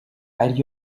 ari